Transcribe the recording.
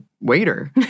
waiter